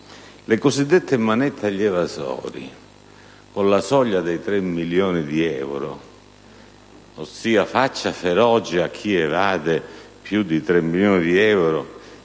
le cosiddette manette agli evasori, con la soglia dei tre milioni di euro, ossia faccia feroce a chi evade più di tre milioni di euro